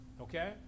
Okay